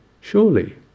surely